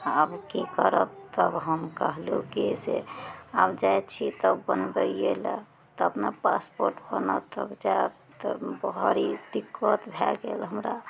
आब की करब तब हम कहलहुँ कि से आब जाइ छी तऽ बनबइए लए तब ने पासपोर्ट बनत तऽ जायब तब भारी दिक्कत भए गेल हमरा